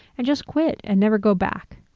and just quit and never go back.